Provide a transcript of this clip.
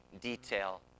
detail